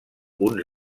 uns